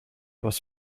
was